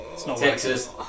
Texas